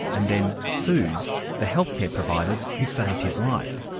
and then sues the healthcare providers who saved his life.